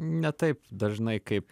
ne taip dažnai kaip